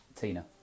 Tina